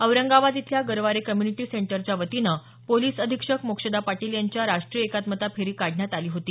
औरंगाबाद इथल्या गरवारे कम्यूनिटी सेंटरच्या वतीनं पोलिस अधीक्षक मोक्षदा पाटील यांच्या उपस्थितीत राष्ट्रीय एकात्मता फेरी काढण्यात आली होती